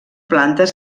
plantes